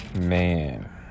Man